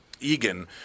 Egan